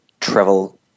travel